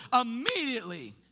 immediately